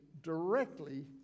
directly